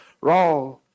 wrong